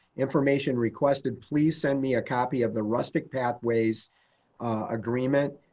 information requested. please send me a copy of the rustic pathways agreement,